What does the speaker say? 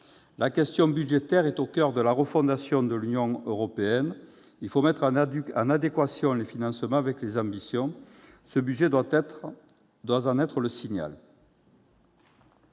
La question budgétaire est au coeur de la refondation de l'Union européenne : il faut mettre en adéquation les financements avec les ambitions. Ce budget doit en être le signal.